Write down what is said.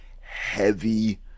heavy